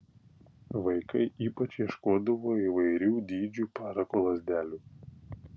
vaikai ypač ieškodavo įvairių dydžių parako lazdelių